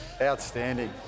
Outstanding